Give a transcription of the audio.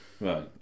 Right